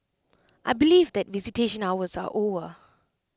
I believe that visitation hours are over